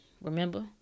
Remember